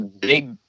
big